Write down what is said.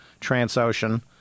Transocean